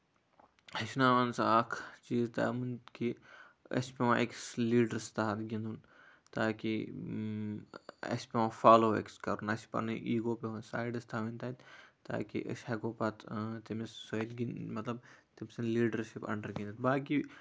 ہیٚچھناوان سُہ اکھ چیٖز تِم کہِ أسۍ چھُ پیوان أکِس لیٖڈرَس تحط گِندُن تاکہِ اَسہِ چھُ پیوان فالو اٮ۪کٔس کَرُن اَسہِ چھُ پَنٕںۍ ایٖگو پٮ۪وان سایڈَس تھاوٕنۍ تَتہِ تاکہِ أسۍ ہٮ۪کو أسۍ پَتہٕ تٔمِس مطلب تٔمۍ سٔنز لیٖڈَر شِپ اَنڈر گِندِتھ باقٕے